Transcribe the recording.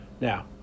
Now